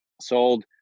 Sold